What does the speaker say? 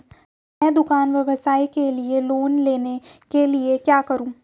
मैं दुकान व्यवसाय के लिए लोंन लेने के लिए क्या करूं?